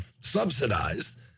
subsidized